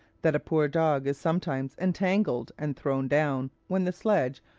that a poor dog is sometimes entangled and thrown down, when the sledge,